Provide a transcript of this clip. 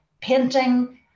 painting